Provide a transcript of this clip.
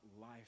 life